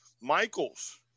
Michaels